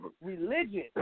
religion